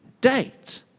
date